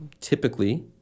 typically